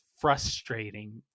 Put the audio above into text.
frustrating